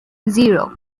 zero